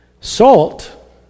Salt